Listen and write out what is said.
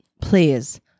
please